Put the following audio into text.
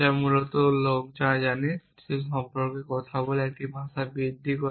যা লোকেরা মূলত যা জানে সে সম্পর্কে কথা বলে একটি ভাষা বৃদ্ধি করে